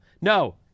No